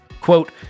Quote